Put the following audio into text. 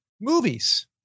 Movies